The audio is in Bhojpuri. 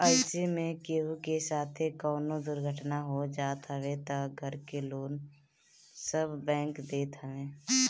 अइसे में केहू के साथे कवनो दुर्घटना हो जात हवे तअ घर के लोन सब बैंक देत हवे